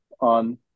on